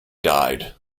died